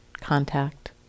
contact